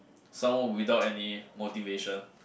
someone without any motivation